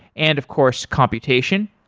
and of course, computation.